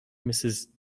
mrs